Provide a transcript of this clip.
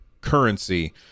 currency